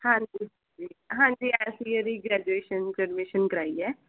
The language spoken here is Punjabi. ਹਾਂਜੀ ਹਾਂਜੀ ਹਾਂਜੀ ਅਸੀਂ ਇਹਦੀ ਗ੍ਰੈਜੂਏਸ਼ਨ 'ਚ ਅਡਮੀਸ਼ਨ ਕਰਵਾਈ ਹੈ